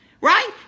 right